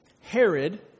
Herod